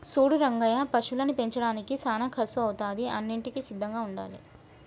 సూడు రంగయ్య పశువులను పెంచడానికి సానా కర్సు అవుతాది అన్నింటికీ సిద్ధంగా ఉండాలే